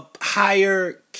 higher